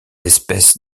espèces